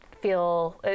feel